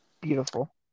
Beautiful